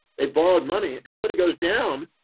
they borrowed money. and then when it goes down,